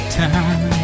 time